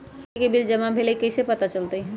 बिजली के बिल जमा होईल ई कैसे पता चलतै?